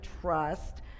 trust